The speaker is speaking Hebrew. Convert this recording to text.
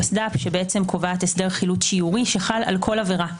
הפסד"פ שקובעת הסדר חילוט שיורי שחל על כל עבירה.